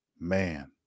Man